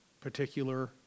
particular